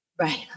Right